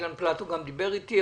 אילן פלטו גם דיבר איתי,